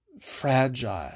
fragile